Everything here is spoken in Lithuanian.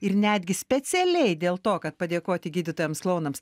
ir netgi specialiai dėl to kad padėkoti gydytojams klounams